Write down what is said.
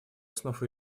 основ